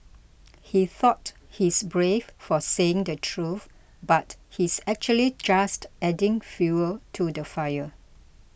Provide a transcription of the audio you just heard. he thought he's brave for saying the truth but he's actually just adding fuel to the fire